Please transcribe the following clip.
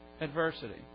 adversity